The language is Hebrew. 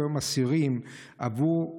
4. כמה משלמים כיום אסירים עבור שיחות?